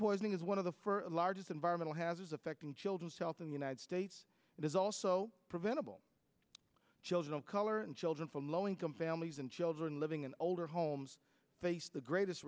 poisoning is one of the for largest environmental hazards affecting children's health in the united states it is also preventable children of color and children from low income families and children living in older homes face the greatest